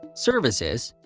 services,